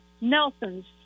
Nelson's